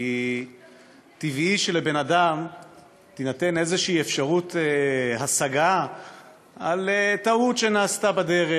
כי טבעי שלבן-אדם תינתן איזו אפשרות השגה על טעות שנעשתה בדרך,